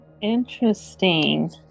Interesting